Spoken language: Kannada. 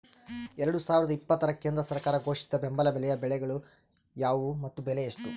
ಎರಡು ಸಾವಿರದ ಇಪ್ಪತ್ತರ ಕೇಂದ್ರ ಸರ್ಕಾರ ಘೋಷಿಸಿದ ಬೆಂಬಲ ಬೆಲೆಯ ಬೆಳೆಗಳು ಯಾವುವು ಮತ್ತು ಬೆಲೆ ಎಷ್ಟು?